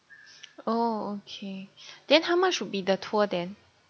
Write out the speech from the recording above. oh okay then how much would be the tour then